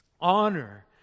Honor